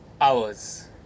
hours